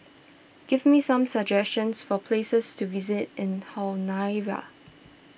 give me some suggestions for places to visit in Honiara